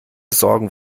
sorgen